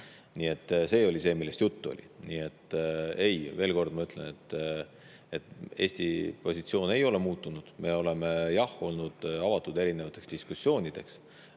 See oli see, millest juttu oli. Ei, veel kord ma ütlen, et Eesti positsioon ei ole muutunud. Me oleme olnud avatud erinevateks diskussioonideks,